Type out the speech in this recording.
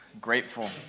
grateful